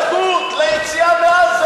תגיד "אנחנו אחראים" להתנתקות, ליציאה מעזה.